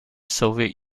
soviet